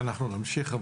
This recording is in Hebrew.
אנחנו נמשיך.